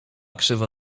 krzywo